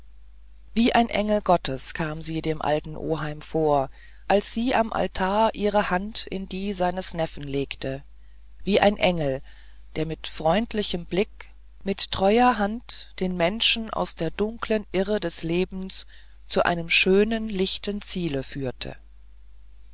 wie ein engel gottes kam sie dem alten oheim vor als sie am altar ihre hand in die seines neffen legte wie ein engel der mit freundlichem blick mit treuer hand den menschen aus der dunkeln irre des lebens zu einem schönen lichten ziele führte